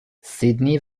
سیدنی